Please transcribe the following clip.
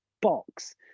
box